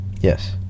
Yes